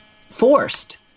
forced